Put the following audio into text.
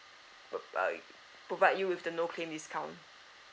provide provide you with the no claim discount